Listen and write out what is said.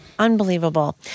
unbelievable